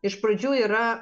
iš pradžių yra